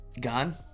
Gone